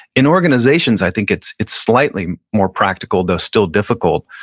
in organizations i think it's it's slightly more practical, though still difficult.